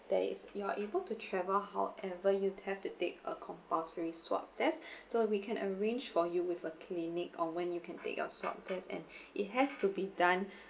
that is you're able to travel however you have to take a compulsory swap test so we can arrange for you with a clinic on when you can take your swap test and it has to be done